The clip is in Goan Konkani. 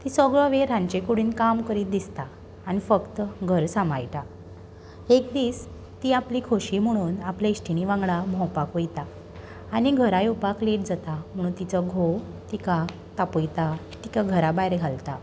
ती सगळो वेळ रांदचे कुडीन काम करीत दिसता आनी फक्त घर सांबाळटा एक दीस ती आपली खोशी म्हुणून आपले इश्टिणी वांगडा भोंवपाक वयता आनी घरा येवपाक लेट जाता म्हुणू तिचो घोव तिका तापयता तिका घरा भायर घालता